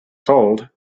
sold